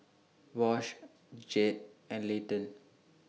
Wash Jed and Layton